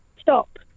Stop